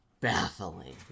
baffling